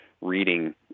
reading